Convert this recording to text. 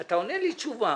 אתה עונה לי תשובה,